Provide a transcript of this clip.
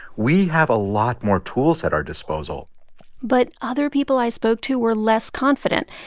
we have a lot more tools at our disposal but other people i spoke to were less confident,